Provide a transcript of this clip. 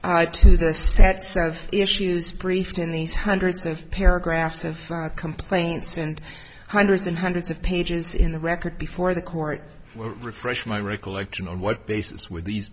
the sets of issues briefed in these hundreds of paragraphs of complaints and hundreds and hundreds of pages in the record before the court refresh my recollection on what basis with these